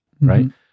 Right